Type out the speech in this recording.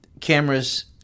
cameras